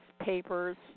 papers